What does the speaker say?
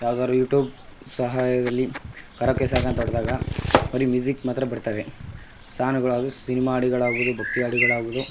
ಯಾವ್ದಾದ್ರು ಯೂಟ್ಯೂಬ್ ಸಹಾಯದಲ್ಲಿ karaoke song ಅಂತ ಹೊಡೆದಾಗ ಬರಿ ಮ್ಯೂಸಿಕ್ ಮಾತ್ರ ಬರ್ತವೆ ಸಾಲುಗಳು ಹಾಗೂ ಸಿನಿಮಾ ಹಾಡುಗಳಾಗ್ಬೋದು ಭಕ್ತಿ ಹಾಡುಗಳಾಗ್ಬೋದು